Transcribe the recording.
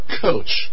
coach